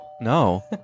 no